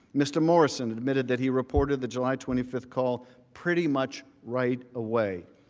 mr. morrison admitted that he reported the july twenty five call pretty much right away.